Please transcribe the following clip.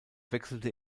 wechselte